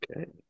Okay